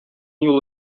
юлы